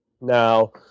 Now